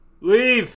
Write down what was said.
Leave